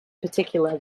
particular